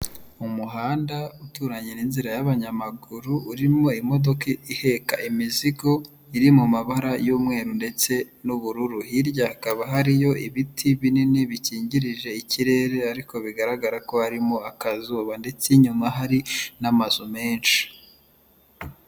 Umuhanda uturanye n'inzira y'abanyamaguru urimo imodoka iheka imizigo, iri mu mabara y'umweru ndetse n'ubururu, hirya hakaba hariyo ibiti binini bikingirije ikirere, ariko bigaragara ko harimo akazuba ndetse inyuma hari n'amazu menshi.